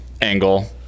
angle